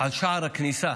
על שער הכניסה